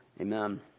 Amen